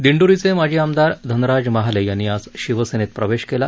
दिंडोरीचे माजी आमदार धनराज महाले यांनी आज शिवसेनेत प्रवेश केला